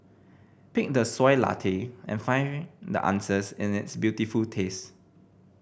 pick the Soy Latte and find the answers in its beautiful taste